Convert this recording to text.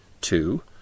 Two